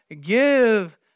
give